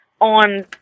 on